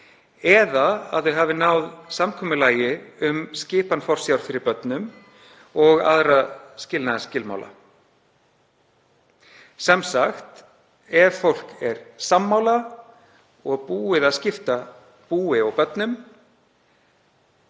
eða að þau hafi náð samkomulagi um skipan forsjár fyrir börnum og aðra skilnaðarskilmála. Sem sagt: Ef fólk er sammála og búið að skipta búi og börnum